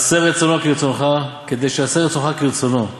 עשה רצונו כרצונך כדי שיעשה רצונך כרצונו,